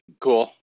Cool